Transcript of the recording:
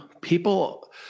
People